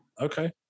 Okay